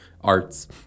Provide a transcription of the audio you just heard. arts